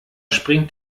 springt